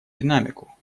динамику